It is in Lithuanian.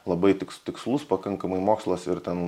labai tiks tikslus pakankamai mokslas ir ten